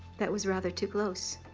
that was rather too close.